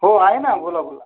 हो आहे ना बोला बोला